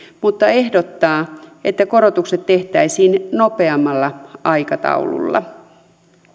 mutta ehdottaa että korotukset tehtäisiin nopeammalla aikataululla